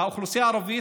באוכלוסייה הערבית,